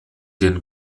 den